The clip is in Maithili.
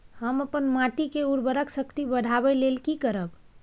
हम अपन माटी के उर्वरक शक्ति बढाबै लेल की करब?